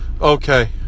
Okay